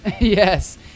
Yes